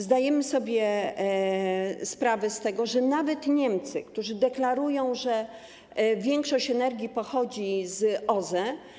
Zdajemy sobie sprawę z tego, że nawet Niemcy, którzy deklarują, że większość energii pochodzi z OZE.